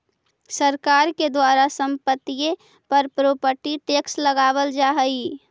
सरकार के द्वारा संपत्तिय पर प्रॉपर्टी टैक्स लगावल जा हई